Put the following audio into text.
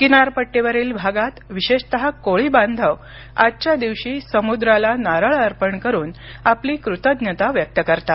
किनारपट्टीवरील भागात विशेषतः कोळी बांधव आजच्या दिवशी समुद्राला नारळ अर्पण करुन आपली कृतज्ञता व्यक्त करतात